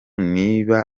niba